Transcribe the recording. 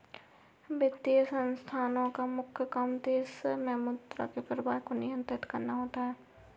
वित्तीय संस्थानोँ का मुख्य काम देश मे मुद्रा के प्रवाह को नियंत्रित करना होता है